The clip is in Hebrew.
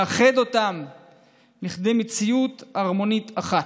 מאחד אותם לכדי מציאות הרמונית אחת.